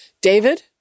David